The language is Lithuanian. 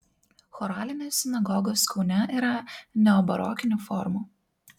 choralinės sinagogos kaune yra neobarokinių formų